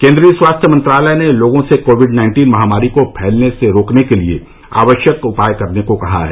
केन्द्रीय स्वास्थ्य मंत्रालय ने लोगों से कोविड नाइन्टीन महामारी को फैलने से रोकने के लिए आवश्यक उपाय करने को कहा है